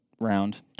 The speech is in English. round